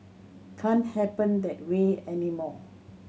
can't happen that way anymore